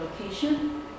location